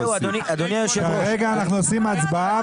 כרגע אנחנו עושים הצבעה,